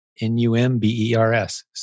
N-U-M-B-E-R-S